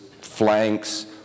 flanks